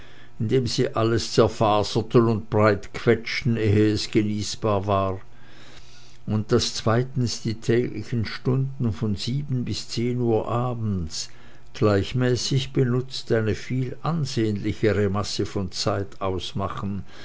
indem sie alles zerfaserten und breitquetschten ehe es genießbar war und daß zweitens die täglichen stunden von sieben bis zehn uhr abends gleichmäßig benutzt eine viel ansehnlichere masse von zeit ausmachen